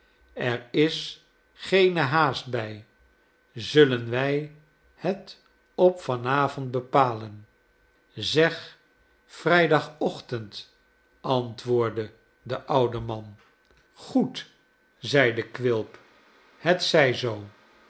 er is geene haast by zullen wij het op van avond bepalen zeg vrijdagochtend antwoordde de oude man goed zeide quilp het zij zoo